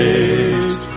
age